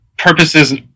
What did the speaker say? purposes